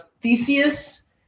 Theseus